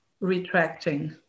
retracting